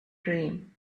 dream